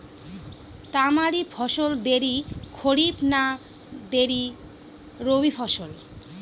তামারি ফসল দেরী খরিফ না দেরী রবি ফসল?